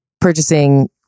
purchasing